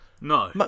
No